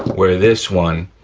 where this one,